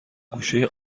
گوشه